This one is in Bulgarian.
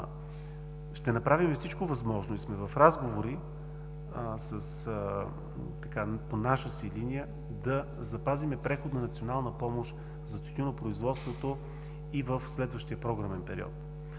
ще направим всичко възможно, и сме в разговори по наша си линия, да запазим преходната национална помощ за тютюнопроизводството и в следващия програмен период.